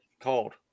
called